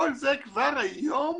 כל זה כבר היום